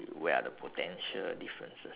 where are the potential differences